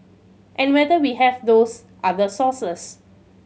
and whether we have those other sources